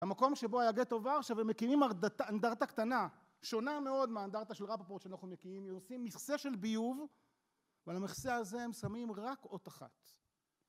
המקום שבו היה גטו ורשה, ומקימים אנדרטה קטנה, שונה מאוד מהאנדרטה של רפפורט שאנחנו מכירים, הם עושים מכסה של ביוב, ועל המכסה הזה הם שמים רק אות אחת.